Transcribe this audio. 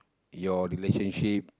your relationship